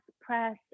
press